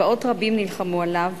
צבאות רבים נלחמו עליו,